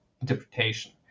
interpretation